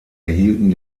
erhielten